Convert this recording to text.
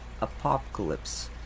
Apocalypse